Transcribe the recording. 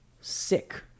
sick